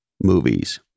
movies